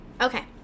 Okay